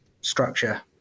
structure